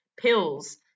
pills